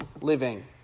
living